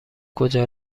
کجا